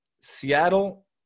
Seattle